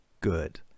good